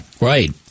right